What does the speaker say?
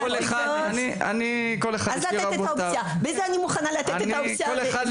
את זה אני מוכנה לתת כאופציה.